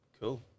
Cool